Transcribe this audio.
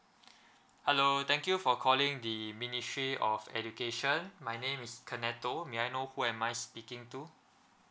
hello thank you for calling the ministry of education my name is kaneto may I know who am I speaking to